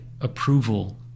approval